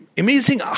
amazing